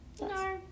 No